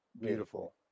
beautiful